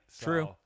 True